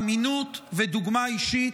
אמינות ודוגמה אישית,